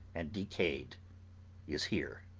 and decayed is here.